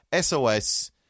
SOS